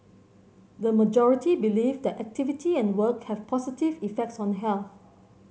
the majority believe that activity and work have positive effects on health